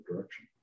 direction